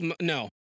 no